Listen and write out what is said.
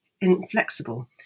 inflexible